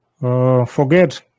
forget